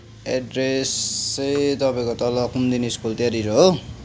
address चाहिँ तपाईँको तलतिर कुम्दिनी स्कुल त्यहाँनिर हो